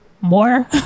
more